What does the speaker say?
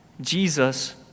Jesus